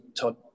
Todd